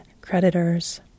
creditors